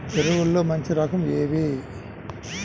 ఎరువుల్లో మంచి రకాలు ఏవి?